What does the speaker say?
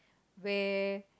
where